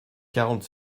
quarante